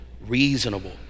reasonable